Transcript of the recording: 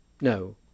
no